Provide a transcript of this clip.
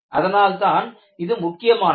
அதனால் தான் இது முக்கியமானது